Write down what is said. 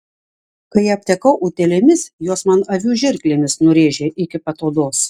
kai aptekau utėlėmis juos man avių žirklėmis nurėžė iki pat odos